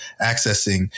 accessing